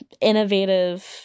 innovative